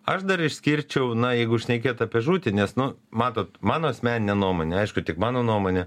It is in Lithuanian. aš dar išskirčiau na jeigu šnekėt apie žūtį nes nu matot mano asmenine nuomone aišku tik mano nuomone